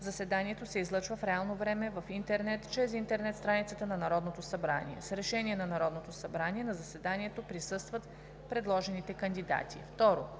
Заседанието се излъчва в реално време в интернет чрез интернет страницата на Народното събрание. С решение на Народното събрание на заседанието присъстват предложените кандидати.